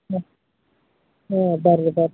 ಹ್ಞೂ ಹ್ಞೂ ಬನ್ರಿ ಬನ್ರಿ